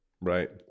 Right